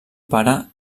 pare